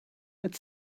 but